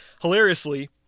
hilariously